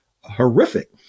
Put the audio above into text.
horrific